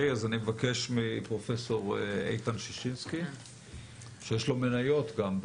אני מבקש מפרופ' איתן ששינסקי, שיש לו גם מניות.